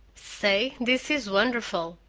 say, this is wonderful!